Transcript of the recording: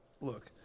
Look